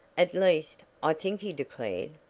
at least, i think he declared,